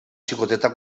xicoteta